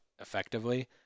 effectively